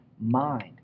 mind